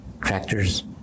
tractors